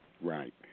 Right